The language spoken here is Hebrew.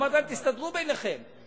ואמרתי להם: תסתדרו ביניכם.